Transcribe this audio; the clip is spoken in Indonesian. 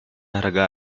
harga